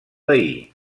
veí